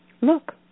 Look